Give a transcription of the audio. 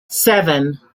seven